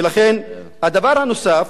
לכן הדבר הנוסף,